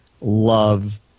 love